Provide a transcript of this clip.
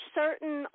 certain